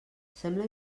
sembla